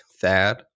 Thad